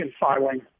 filing